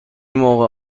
موقع